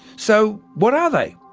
so, what are they?